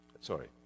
sorry